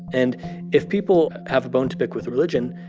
and if people have a bone to pick with religion,